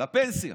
לפנסיה,